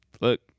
look